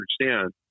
understand